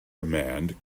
demand